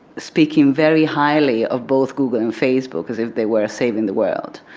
speaking very highly of both google and facebook as if they were saving the world.